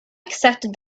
accepted